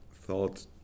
thought